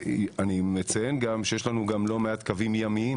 אני מציין שיש לנו גם לא מעט קווים ימיים,